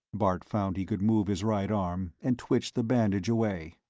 bart found he could move his right arm, and twitched the bandage away.